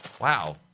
Wow